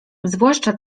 zwłaszcza